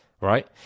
right